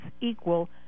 equal –